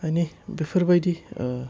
मानि बेफोरबायदि ओह